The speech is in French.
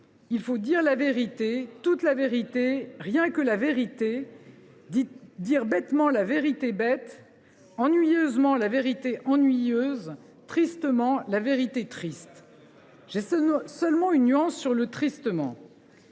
il faut “dire la vérité, toute la vérité, rien que la vérité, dire bêtement la vérité bête, ennuyeusement la vérité ennuyeuse, tristement la vérité triste”. J’ai seulement une nuance sur le “tristement”…